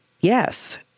yes